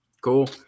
Cool